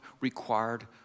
required